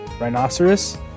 rhinoceros